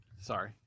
sorry